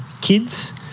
kids